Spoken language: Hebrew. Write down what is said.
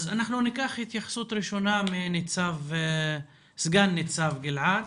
אנחנו ניקח התייחסות ראשונה מסגן ניצב גלעד